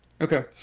Okay